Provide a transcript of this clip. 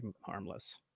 harmless